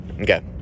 okay